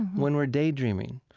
when we're daydreaming,